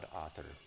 author